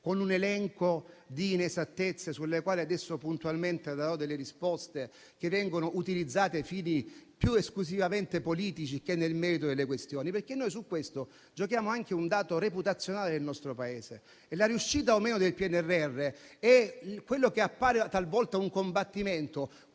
con un elenco di inesattezze, sulle quali adesso puntualmente darò delle risposte, che vengono utilizzate a fini più esclusivamente politici che nel merito delle questioni. Noi su questo giochiamo anche un dato reputazionale del nostro Paese. La riuscita o meno del PNRR appare talvolta un combattimento,